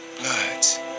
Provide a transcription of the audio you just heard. Bloods